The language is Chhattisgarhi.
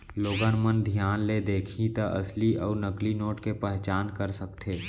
लोगन मन धियान ले देखही त असली अउ नकली नोट के पहचान कर सकथे